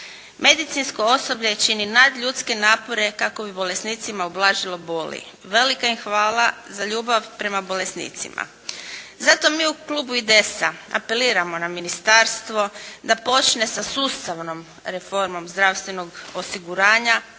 Medicinsko osoblje čini nadljudske napore kako bi bolesnicima ublažilo boli. Velika im hvala za ljubav prema bolesnicima." Zato mi u klubu IDS-a apeliramo na ministarstvo da počne sa sustavnom reformom zdravstvenog osiguranja